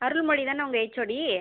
அருள்மொழி தானே உங்கள் ஹெச்ஓடி